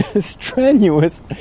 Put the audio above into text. strenuous